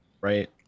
Right